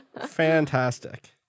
Fantastic